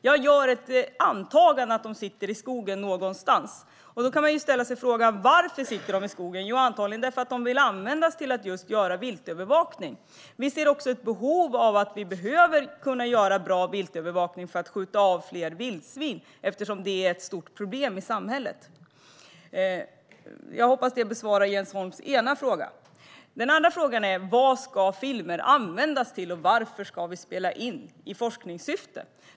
Jag antar att de sitter i skogen någonstans, och då kan man ställa sig frågan varför. Jo, antagligen därför att man vill använda dem just för viltövervakning. Vi ser också att vi behöver bra viltövervakning för att kunna skjuta av fler vildsvin, eftersom det är ett stort problem i samhället. Jag hoppas att det besvarar Jens Holms ena fråga. Den andra frågan är: Vad ska filmerna användas till, och varför ska vi spela in i forskningssyfte?